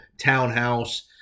townhouse